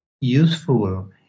useful